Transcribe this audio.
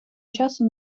часу